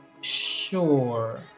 sure